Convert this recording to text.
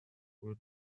l’un